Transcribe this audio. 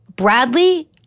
Bradley